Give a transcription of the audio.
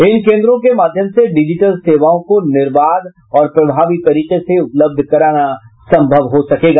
इन केन्द्रों के माध्यम से डिजीटल सेवाओं को निर्बाध और प्रभावी तरीके से उपलब्ध कराना संभव हो सकेगा